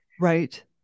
Right